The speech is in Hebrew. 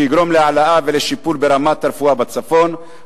שיגרום להעלאה ולשיפור ברמת הרפואה בצפון,